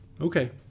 Okay